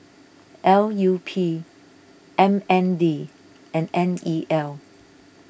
L U P M N D and N E L